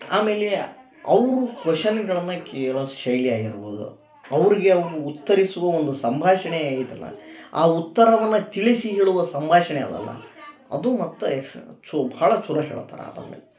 ಆಮೇಲೆ ಅವರು ಕೊಷನ್ಗಳನ್ನು ಕೇಳೋ ಕೇಳೊ ಲಿ ಆಗಿರ್ಬೋದು ಅವರಿಗೆ ಅವರು ಉತ್ತರಿಸುವ ಒಂದು ಸಂಭಾಷಣೆ ಐತಲ್ಲ ಆ ಉತ್ತರವನ್ನು ತಿಳಿಸಿ ಹೇಳುವ ಸಂಭಾಷಣೆ ಅದಲ್ಲ ಅದು ಮತ್ತೂ ಚೊ ಭಾಳ ಚಲೋ ಹೇಳ್ತಾರ ಅದನ್ನು